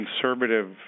conservative